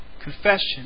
confession